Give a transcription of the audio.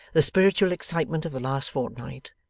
the spiritual excitement of the last fortnight,